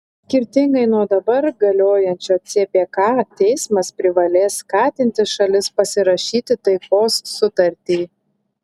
skirtingai nuo dabar galiojančio cpk teismas privalės skatinti šalis pasirašyti taikos sutartį